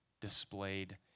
displayed